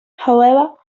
however